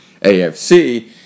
AFC